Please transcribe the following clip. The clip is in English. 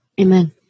Amen